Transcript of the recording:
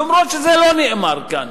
אף-על-פי שזה לא נאמר כאן,